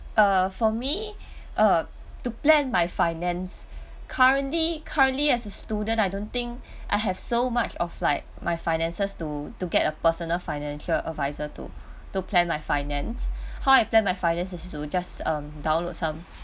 uh for me uh to plan my finance currently currently as a student I don't think I have so much of like my finances to to get a personal financial adviser to to plan my finance how I plan my finance is to just um download some